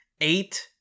Eight